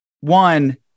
one